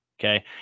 okay